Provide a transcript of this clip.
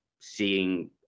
seeing